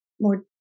more